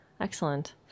Excellent